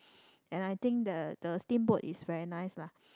and I think the the steamboat is very nice lah